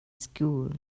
school